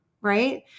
Right